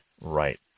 right